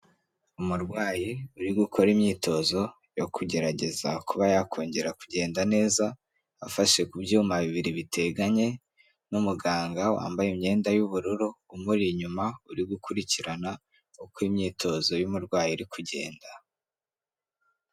Umurwayi uri gukora imyitozo yo kugerageza kuba yakongera kugenda neza, afashe ku byuma bibiri biteganye n'umuganga wambaye imyenda y'ubururu, umuri inyuma uri gukurikirana uko imyitozo y'umurwayi iri kugenda.